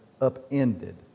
upended